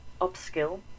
upskill